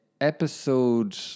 Episode